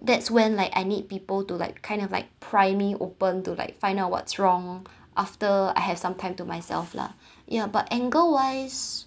that's when like I need people to like kind of like pry me open to like find out what's wrong after I have some time to myself lah ya but anger wise